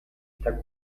está